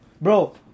Bro